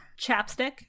Chapstick